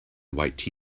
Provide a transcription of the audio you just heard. white